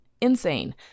Insane